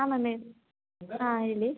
ಆಂ ma'am ಹೇಳಿ ಆಂ ಹೇಳಿ